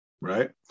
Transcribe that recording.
right